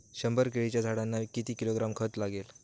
शंभर केळीच्या झाडांना किती किलोग्रॅम खत लागेल?